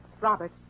Robert